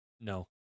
no